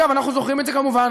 אגב, אנחנו זוכרים את זה, כמובן,